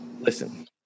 Listen